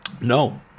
No